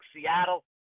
Seattle